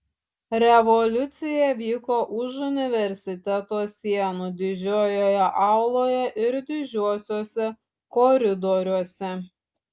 revoliucija vyko už universiteto sienų didžiojoje auloje ir didžiuosiuose koridoriuose